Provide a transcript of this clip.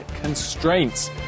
constraints